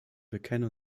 bekennen